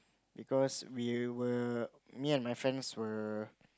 because we were me and my friends were